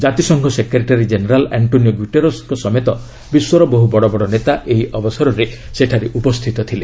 ଜାତିସଂଘ secretary general Antonio ଗୁଟେରସ୍ଙ୍କ ସମେତ ବିଶ୍ୱର ବହୁ ବଡ଼ ବଡ଼ ନେତା ଏହି ଅବସରରେ ସେଠାରେ ଉପସ୍ଥିତ ଥିଲେ